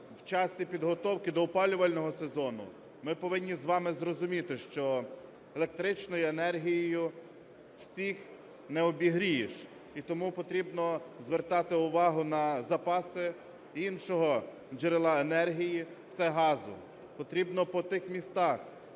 в час і підготовки до опалювального сезону ми повинні з вами зрозуміти, що електричною енергією всіх не обігрієш, і тому потрібно звертати увагу на запаси іншого джерела енергії – це газу. Потрібно по тих містах,